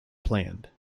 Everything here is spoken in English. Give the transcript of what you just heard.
planned